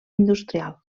industrial